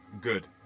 good